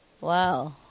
Wow